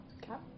cap